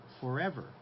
forever